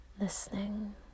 Listening